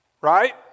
Right